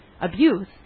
abuse